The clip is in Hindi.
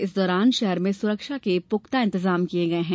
इस दौरान शहर में सुरक्षा के प्रख्ता इंतजाम किये गये हैं